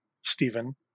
Stephen